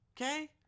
okay